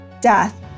death